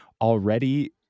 already